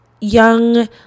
young